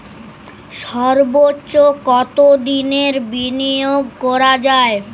সর্বোচ্চ কতোদিনের বিনিয়োগ করা যায়?